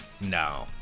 No